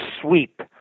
sweep